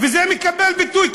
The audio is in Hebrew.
וזה מקבל ביטוי,